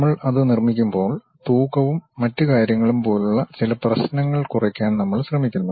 നമ്മൾ അത് നിർമ്മിക്കുമ്പോൾ തൂക്കവും മറ്റ് കാര്യങ്ങളും പോലുള്ള ചില പ്രശ്നങ്ങൾ കുറയ്ക്കാൻ നമ്മൾ ശ്രമിക്കുന്നു